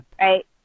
right